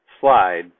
Slide